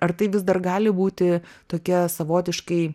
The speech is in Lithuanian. ar tai vis dar gali būti tokie savotiškai